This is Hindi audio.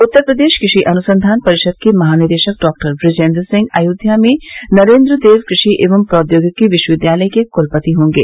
उत्तर प्रदेश कृषि अनुसंधान परिषद के महानिदेशक डॉक्टर बिजेन्द्र सिंह अयोध्या में नरेन्द्र देव कृषि एवं प्रौद्योगिकी विश्वविद्यालय के कुलपति होंगे